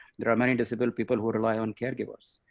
there are many disabled people who rely on caregivers.